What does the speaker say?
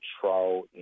control